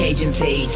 Agency